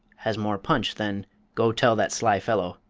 has more punch than go tell that sly fellow.